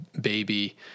baby